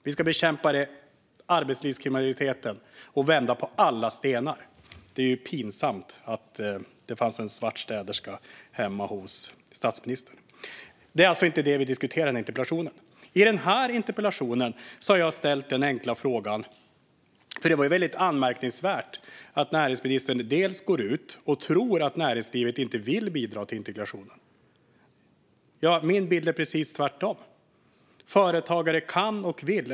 Vi ska bekämpa arbetslivskriminaliteten och vända på alla stenar. Det är ju pinsamt att det fanns en svart städerska hemma hos statsministern. Det är dock inte detta vi diskuterar i den här interpellationen. I den här interpellationen har jag ställt en enkel fråga. Det var ju väldigt anmärkningsvärt att näringsministern gick ut och trodde att näringslivet inte ville bidra till integrationen. Min bild är precis tvärtom - företagare kan och vill.